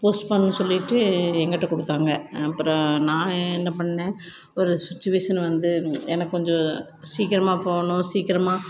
post பண்ணும்ன்னு சொல்லிவிட்டு எங்ககிட்ட கொடுத்தாங்க அப்புறம் நான் என்ன பண்ணேன் ஒரு சுச்சுவேஷன் வந்து எனக்கு கொஞ்சம் சீக்கிரமாக போகணும் சீக்கிரமாக